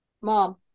mom